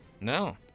No